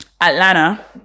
Atlanta